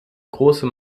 große